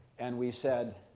and we said,